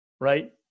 right